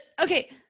Okay